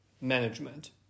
management